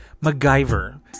MacGyver